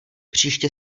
příště